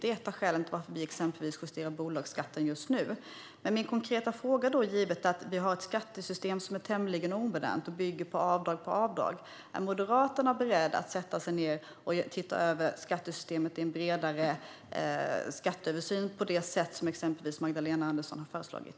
Det är ett av skälen till att vi exempelvis justerar bolagsskatten just nu. Min konkreta fråga, givet att vi har ett skattesystem som är tämligen omodernt och bygger på avdrag på avdrag, är: Är Moderaterna beredda att sätta sig ned och titta över skattesystemet i en bredare skatteöversyn, på det sätt som exempelvis Magdalena Andersson har föreslagit?